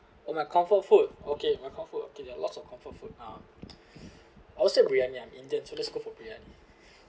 oh my comfort food okay my comfort food okay there're lots of comfort food ah I would say briyani I'm indian so let's go for briyani